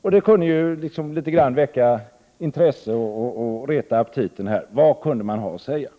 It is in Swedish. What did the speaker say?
och det kunde väcka litet intresse och reta aptiten på vad man kunde ha att säga.